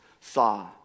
saw